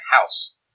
house